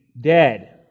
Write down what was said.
dead